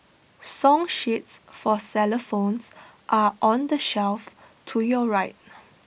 song sheets for xylophones are on the shelf to your right